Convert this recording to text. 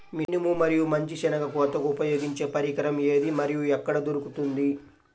మినుము మరియు మంచి శెనగ కోతకు ఉపయోగించే పరికరం ఏది మరియు ఎక్కడ దొరుకుతుంది?